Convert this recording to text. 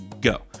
go